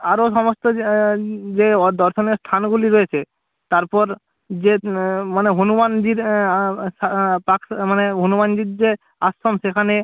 আরো সমস্ত যে যে দর্শনের স্থানগুলি রয়েছে তারপর যে মানে হনুমানজির সা পাক্সা মানে হনুমানজির যে আশ্রম সেখানে